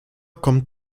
kommt